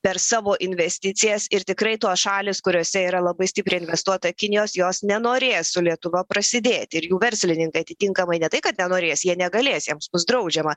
per savo investicijas ir tikrai tos šalys kuriose yra labai stipriaii investuota kinijos jos nenorės su lietuva prasidėti ir jų verslininkai atitinkamai ne tai kad nenorės jie negalės jiems bus draudžiama